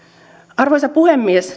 arvoisa puhemies